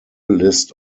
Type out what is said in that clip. list